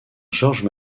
george